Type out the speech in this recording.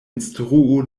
instruu